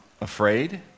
afraid